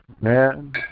man